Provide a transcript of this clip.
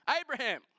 Abraham